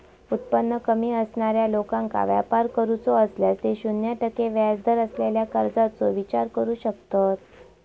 उत्पन्न कमी असणाऱ्या लोकांका व्यापार करूचो असल्यास ते शून्य टक्के व्याजदर असलेल्या कर्जाचो विचार करू शकतत